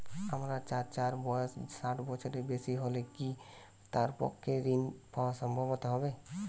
আমার চাচার বয়স ষাট বছরের বেশি হলে কি তার পক্ষে ঋণ পাওয়া সম্ভব হবে?